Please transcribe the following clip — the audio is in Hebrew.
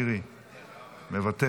חבר הכנסת יוראי להב הרצנו,